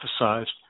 emphasized